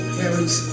parents